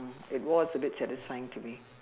mm it was a bit satisfying to me